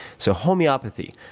so, homeopathy.